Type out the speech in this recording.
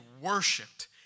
worshipped